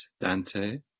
Dante